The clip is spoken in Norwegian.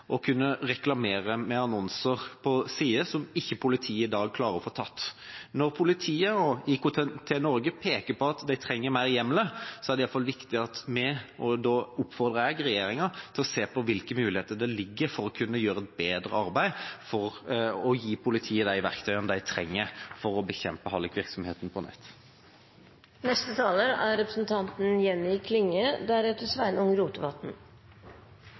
reklamere med annonser på nettsider, som politiet i dag ikke klarer å få tatt. Når politiet og IKT-Norge peker på at de trenger flere hjemler, er det viktig at vi – og da oppfordrer jeg også regjeringa – ser på hvilke muligheter som ligger for å kunne gjøre et bedre arbeid, og for å gi politiet de verktøyene de trenger for å bekjempe hallikvirksomheten på nettet. Eg vil starte med å takke forslagstillarane for eit godt representantforslag, som er